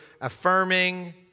affirming